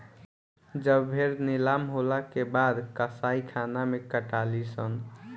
जब भेड़ नीलाम होला के बाद कसाईखाना मे कटाली सन